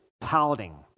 pouting